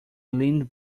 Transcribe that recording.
leaned